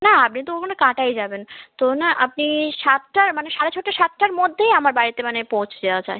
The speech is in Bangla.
না তো ওখানে কাঁটাই যাবেন তো না আপনি সাতটা মানে সাড়ে ছটা সাতটার মধ্যেই আমার বাড়িতে মানে পৌঁছে যাওয়া চাই